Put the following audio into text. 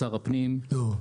שר הפנים --- לא,